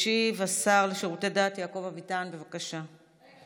ישיב השר לשירותי דת יעקב אביטן, בבקשה.